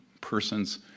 persons